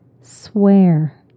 swear